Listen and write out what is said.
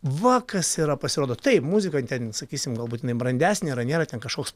va kas yra pasirodo taip muzika ten sakysim gal būtinai brandesnė yra nėra ten kažkoks